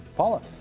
paula?